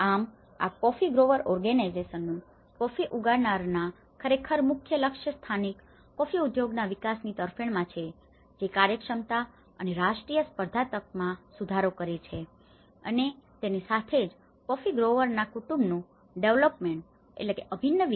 આમ આ coffee grower ઓર્ગેનાયઝેસનનું coffee growers organizations કોફી ઉગાડનારા સંગઠનો ખરેખર મુખ્ય લક્ષ્ય સ્થાનિક કોફી ઉદ્યોગના વિકાસની તરફેણમાં છે જે કાર્યક્ષમતા અને આંતરરાષ્ટ્રીય સ્પર્ધાત્મકતામાં સુધારો કરે છે અને તેની સાથે જ કોફી ગ્રોવરના coffee growersકોફી ઉગાડનારા કુટુંબનનું ડેવલોપમેન્ટ development અભિન્ન વિકાસ